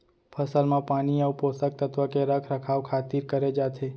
फसल म पानी अउ पोसक तत्व के रख रखाव खातिर करे जाथे